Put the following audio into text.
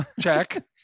check